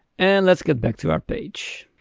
and let's get back to our page.